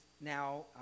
now